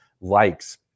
likes